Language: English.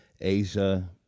Asia